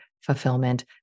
fulfillment